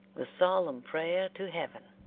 the solemn prayer to heaven